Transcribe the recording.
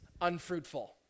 unfruitful